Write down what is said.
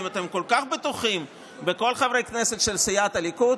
אם אתם כל כך בטוחים בכל חברי הכנסת של סיעת הליכוד,